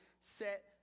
set